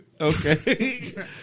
okay